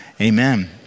amen